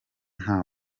nta